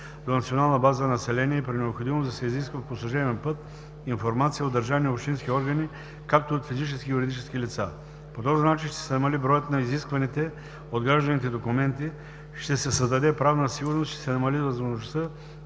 до Национална база „Население“ и при необходимост да се изисква по служебен път информация от държавни и общински органи, както и от физически и юридически лица. По този начин ще се намали броят на изискваните от гражданите документи, ще се създаде правна сигурност и ще се намали възможността